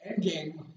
Endgame